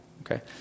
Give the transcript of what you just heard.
okay